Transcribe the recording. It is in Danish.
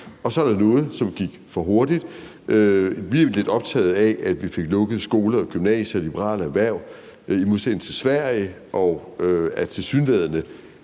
og så er der noget, som gik for hurtigt. Vi er jo lidt optaget af, at vi fik lukket skoler, gymnasier og liberale erhverv i modsætning til i Sverige, og at det tilsyneladende